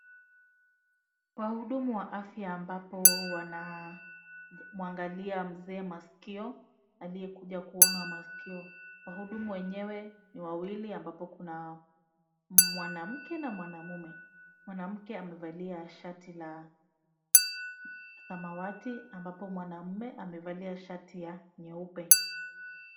Wahudumu wa afya ambapo wanamwangalia mzee maskio aliyekuja kuonwa maskio. Wahudumu wenyewe ni wawili ambapo kuna mwanamke na mwanamume. Mwanamke amevalia shati la samawati ambapo mwanamume amevalia shati ya nyeupe.